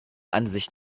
ansicht